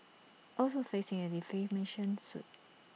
also facing A defamation suit